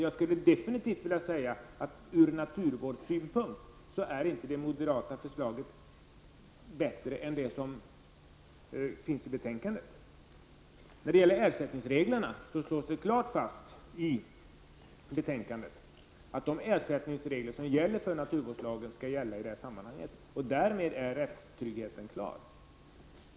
Jag skulle definitivt inte vilja säga att det moderata förslaget är bättre ur naturvårdssynpunkt än det som finns i betänkandet. Det slås fast i betänkandet att ersättningsreglerna som gäller för naturvårdslagen också skall gälla i detta sammanhang, och därmed är frågan om rättstrygghet klar.